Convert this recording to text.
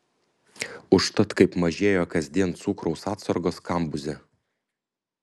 užtat kaip mažėjo kasdien cukraus atsargos kambuze